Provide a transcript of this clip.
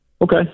Okay